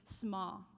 small